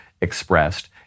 expressed